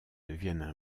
deviennent